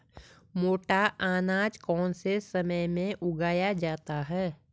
मोटा अनाज कौन से समय में उगाया जाता है?